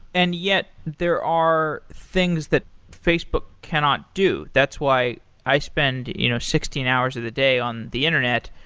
and yet there are things that facebook cannot do, that's why i spend you know sixteen hours of the day on the internet.